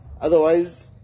Otherwise